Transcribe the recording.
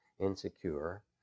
insecure